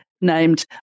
named